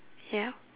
ya